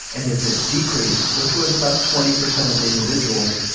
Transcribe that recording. and if it decreased, which was about twenty percent of the individuals,